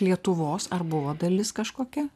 lietuvos ar buvo dalis kažkokia